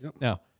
now